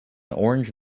orange